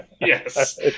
Yes